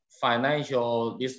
financial